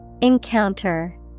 Encounter